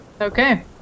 Okay